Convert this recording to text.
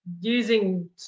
using